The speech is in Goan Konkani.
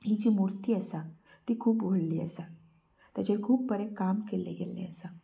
ही जी मुर्ती आसा ती खूब व्हडली आसा तेजें खूब बरें काम केल्लें गेल्लें आसा